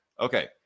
okay